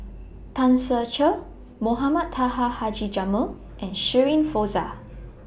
Tan Ser Cher Mohamed Taha Haji Jamil and Shirin Fozdar